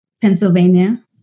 Pennsylvania